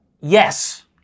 Yes